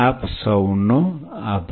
આપ સૌનો આભાર